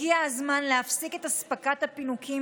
הגיע הזמן להפסיק את אספקת הפינוקים